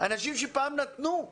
אנשים שפעם נתנו,